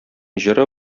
җыры